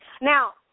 Now